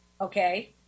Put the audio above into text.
Okay